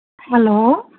hello